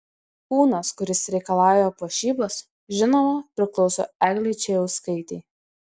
kūnas kuris reikalauja puošybos žinoma priklauso eglei čėjauskaitei